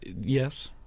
yes